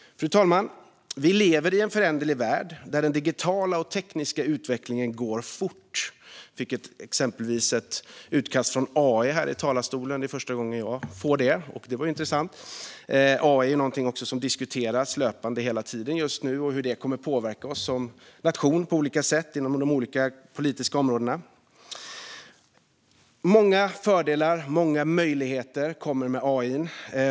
Fru talman! Vi lever i en föränderlig värld där den digitala och tekniska utvecklingen går fort. Vi fick exempelvis höra ett utkast från AI läsas upp i talarstolen nyss. Det är första gången jag får höra det, och det var intressant. AI är något som diskuteras löpande nu. Man talar hela tiden om hur AI kommer att påverka oss som nation på olika sätt inom de olika politiska områdena. Många fördelar och många möjligheter kommer med AI.